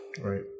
Right